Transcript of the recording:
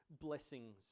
blessings